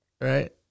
right